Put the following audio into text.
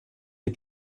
die